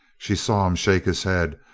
she saw him shake his head,